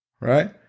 right